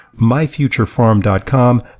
myfuturefarm.com